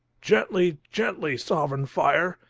gently, gently, sovereign fire,